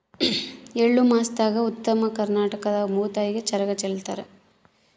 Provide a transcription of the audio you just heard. ಎಳ್ಳಮಾಸ್ಯಾಗ ಉತ್ತರ ಕರ್ನಾಟಕದಾಗ ಭೂತಾಯಿಗೆ ಚರಗ ಚೆಲ್ಲುತಾರ